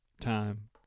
time